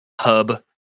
hub